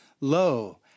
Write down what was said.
Lo